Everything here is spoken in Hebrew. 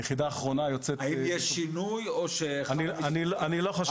היחידה האחרונה יוצאת --- האם יש שינוי או ש- -- אני לא חושב.